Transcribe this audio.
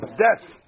death